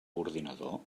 ordinador